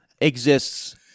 exists